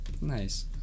Nice